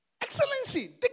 Excellency